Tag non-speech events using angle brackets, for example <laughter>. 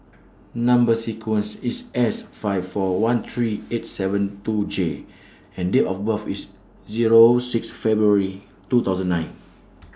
Number sequence IS S five four one three eight seven two J and Date of birth IS Zero six February two thousand nine <noise>